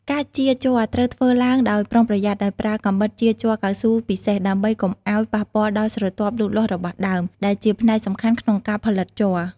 ការចៀរជ័រត្រូវធ្វើឡើងដោយប្រុងប្រយ័ត្នដោយប្រើកាំបិតចៀរជ័រកៅស៊ូពិសេស ដើម្បីកុំឱ្យប៉ះពាល់ដល់ស្រទាប់លូតលាស់របស់ដើម ដែលជាផ្នែកសំខាន់ក្នុងការផលិតជ័រ។